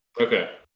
Okay